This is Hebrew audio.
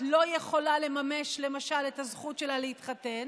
לא יכולה לממש למשל את זכותה להתחתן,